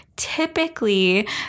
typically